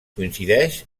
coincideix